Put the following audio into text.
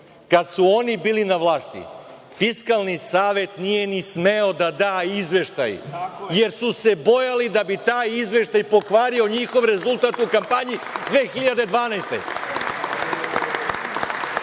kada su oni bili na vlasti Fiskalni savet nije ni smeo da da izveštaj, jer su se bojali da bi taj izveštaj pokvario njihov rezultat u kampanji 2012.